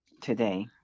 today